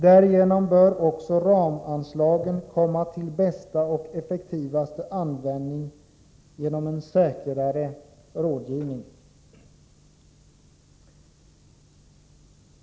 Därigenom bör också ramanslagen komma till bästa och effektivaste användning genom en säkrare rådgivning.